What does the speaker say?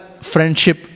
friendship